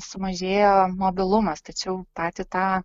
sumažėjo mobilumas tačiau patį tą